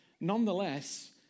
nonetheless